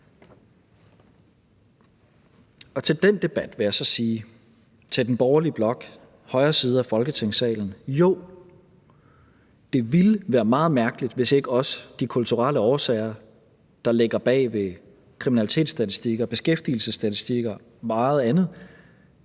side af Folketingssalen: Jo, det ville være meget mærkeligt, hvis ikke også de kulturelle årsager, der ligger bag ved kriminalitetsstatistikker, beskæftigelsesstatistikker